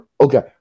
Okay